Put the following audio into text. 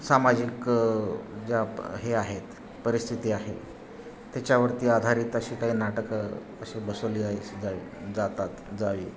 सामाजिक ज्या हे आहेत परिस्थिती आहे त्याच्यावरती आधारित अशी काही नाटकं अशी बसवली जाई जावी